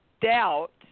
doubt